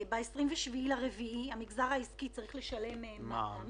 ב-27 באפריל המגזר העסקי צריך לשלם מע"מ